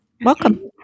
Welcome